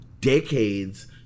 decades